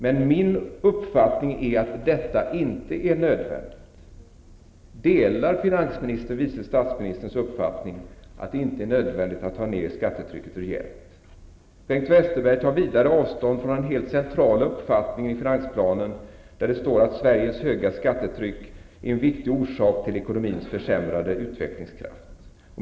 Men min uppfattning är att detta inte är nödvändigt. Delar finansministern vice statsministerns uppfattning att det inte är nödvändigt att ta ned skattetrycket rejält? Bengt Westerberg tar vidare avstånd från den helt centrala uppfattningen i finansplanen, där det står att Sveriges höga skattetryck är en viktig orsak till ekonomins försämrade utvecklingskraft.